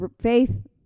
faith